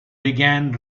began